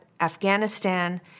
Afghanistan